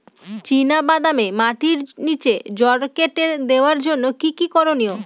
চিনা বাদামে মাটির নিচে জড় কেটে দেওয়ার জন্য কি কী করনীয়?